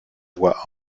voix